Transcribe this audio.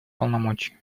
полномочий